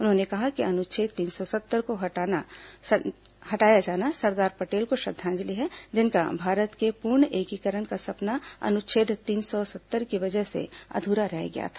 उन्होंने कहा कि अनुच्छेद तीन सौ सत्तर को हटाया जाना सरदार पटेल को श्रद्वांजलि है जिनका भारत के पूर्ण एकीकरण का सपना अनुच्छेद तीन सौ सत्तर की वजह से अधूरा रह गया था